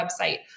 website